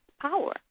power